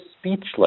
speechless